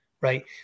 right